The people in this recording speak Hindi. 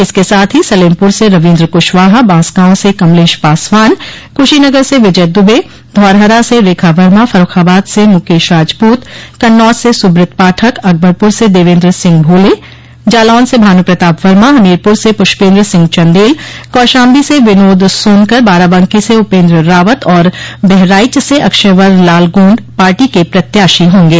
इसके साथ ही सलेमपुर से रवीन्द्र कुशवाहा बांसगांव से कमलेश पासवान कुशीनगर से विजय दुब धौरहरा स रेखा वर्मा फर्रूखाबाद से मुकेश राजपूत कन्नौज से सुब्रत पाठक अकबरपुर से देवेन्द्र सिंह भोले जालौन से भानु प्रताप वर्मा हमीरपुर से पुष्पेन्द्र सिंह चंदेल कौशाम्बी से विनोद सोनकर बाराबंकी से उपेन्द्र रावत और बहराइच से अक्षयवर लाल गोंड पार्टी के प्रत्याशी हों गे